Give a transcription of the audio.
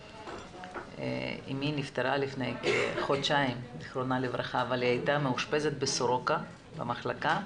אמי נפטרה לפני חודשיים אבל היא הייתה מאושפזת בסורוקה במחלקה,